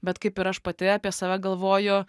bet kaip ir aš pati apie save galvoju